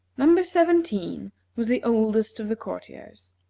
number seventeen was the oldest of the courtiers.